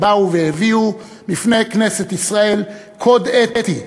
הם באו והביאו בפני כנסת ישראל קוד אתי,